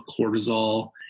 cortisol